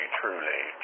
truly